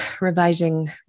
revising